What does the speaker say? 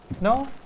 No